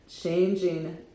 changing